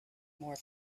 more